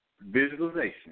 visualization